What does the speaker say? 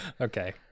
Okay